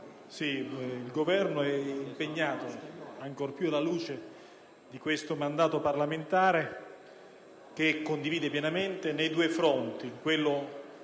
il Governo è impegnato, ancor più alla luce di questo mandato parlamentare che condivide pienamente, su due fronti: